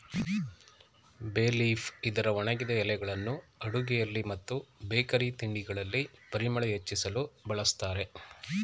ಬೇ ಲೀಫ್ ಇದರ ಒಣಗಿದ ಎಲೆಗಳನ್ನು ಅಡುಗೆಯಲ್ಲಿ ಮತ್ತು ಬೇಕರಿ ತಿಂಡಿಗಳಲ್ಲಿ ಪರಿಮಳ ಹೆಚ್ಚಿಸಲು ಬಳ್ಸತ್ತರೆ